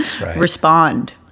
respond